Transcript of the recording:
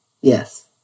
Yes